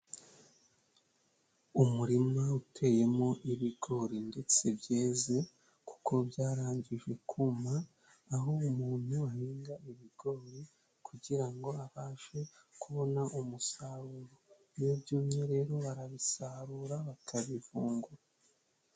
Umurima uteyemo ibigori ndetse byeze kuko byarangijwe kuma, aho umuntu ahinga ibigori kugira ngo abashe kubona umusaruro. Iyo byumye rero barabisarura bakabivungura.